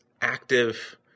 active